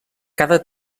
cada